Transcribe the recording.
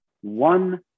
one